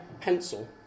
pencil